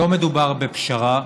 לא מדובר בפשרה,